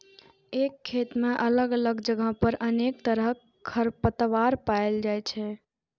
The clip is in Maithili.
एके खेत मे अलग अलग जगह पर अनेक तरहक खरपतवार पाएल जाइ छै